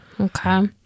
Okay